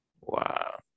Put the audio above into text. Wow